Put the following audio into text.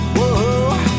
Whoa